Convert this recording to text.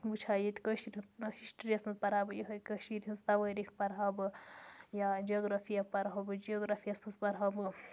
بہٕ وٕچھِ ہا ییٚتہِ کٲشِر مطلب ہِشٹرٛی یَس منٛز پَرٕ ہا بہٕ یوٚہَے کٔشیٖرِ ہِںٛز توٲریٖخ پَرٕ ہا بہٕ یا جَگرافیہ پَرٕ ہا بہٕ جگرافِیَس منٛز پَرٕ ہا بہٕ